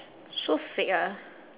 so fake ah